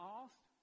asked